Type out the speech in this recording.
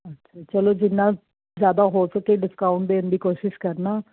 ਅੱਛਾ ਚਲੋ ਜਿੰਨਾ ਜਿਆਦਾ ਹੋ ਸਕੇ ਡਿਸਕਾਊਂਟ ਦੇਣ ਦੀ ਕੋਸ਼ਿਸ਼ ਕਰਨਾ